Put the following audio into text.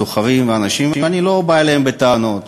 הסוחרים, האנשים, אני לא בא אליהם בטענות,